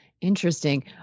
Interesting